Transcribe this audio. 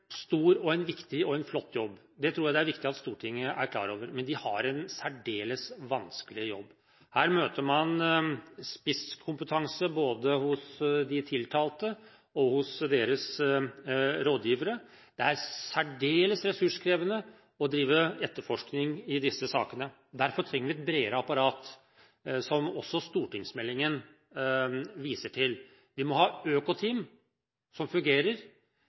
stor, viktig og flott jobb. Det tror jeg det er viktig at Stortinget er klar over. Men de har en særdeles vanskelig jobb. Her møter man spisskompetanse hos både de tiltalte og deres rådgivere. Det er særdeles ressurskrevende å drive etterforskning i disse sakene. Derfor trenger vi et bredere apparat, som også stortingsmeldingen viser til. Vi må ha økoteam som i større grad enn i dag, antakeligvis, fungerer